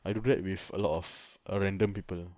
I do that with a lot of err random people